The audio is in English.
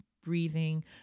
breathing